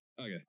Okay